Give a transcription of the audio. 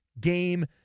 Game